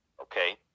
Okay